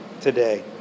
today